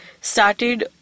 started